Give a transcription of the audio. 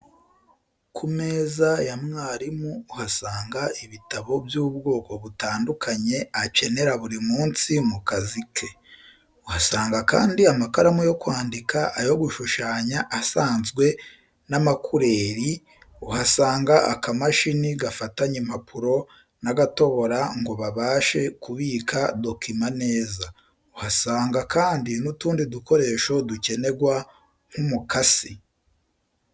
Ku meza ya mwarimu uhasanga ibitabo by'ubwoko butandukanye akenera buri munsi mu kazi ke. Uhasanga kandi amakaramu yo kwandika, ayo gushushanya asanzwe n'ama kureri, uhasanga aka mashini gafatanya impapuro n'agatobora ngo babashe kubika dokima neza. Uhasanga kandi n'utundi dukoresho dukenerwa nk'umukasi